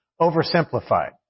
oversimplified